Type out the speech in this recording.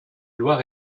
loir